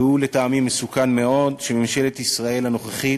והוא לטעמי מסוכן מאוד: ממשלת ישראל הנוכחית